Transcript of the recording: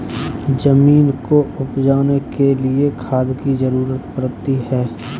ज़मीन को उपजाने के लिए खाद की ज़रूरत पड़ती है